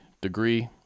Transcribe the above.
degree